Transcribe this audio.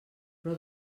però